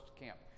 camp